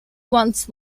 once